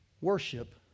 worship